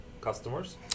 customers